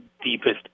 deepest